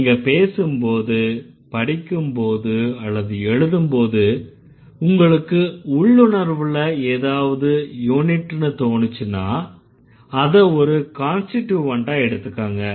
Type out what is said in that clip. நீங்க பேசும்போது படிக்கும்போது அல்லது எழுதும்போது உங்களுக்கு உள்ளுணர்வுல ஏதாவது யூனிட்னு தோனுச்சுன்னா அதை ஒரு கான்ஸ்டிட்யூவன்ட்டா எடுத்துக்கங்க